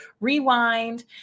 Rewind